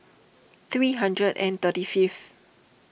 three hundred and thirty fifth